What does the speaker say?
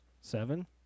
Seven